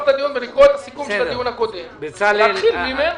את סיכום הדיון הקודם ולהתחיל ממנו.